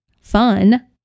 Fun